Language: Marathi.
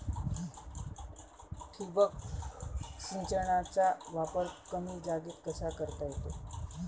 ठिबक सिंचनाचा वापर कमी जागेत करता येतो